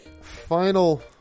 final